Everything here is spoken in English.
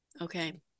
okay